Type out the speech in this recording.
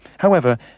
however,